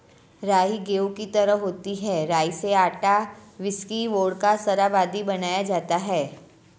राई गेहूं की तरह होती है राई से आटा, व्हिस्की, वोडका, शराब आदि बनाया जाता है